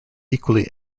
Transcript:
equally